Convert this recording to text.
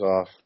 off